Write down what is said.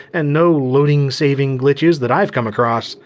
and no loading saving glitches that i've come across.